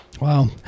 Wow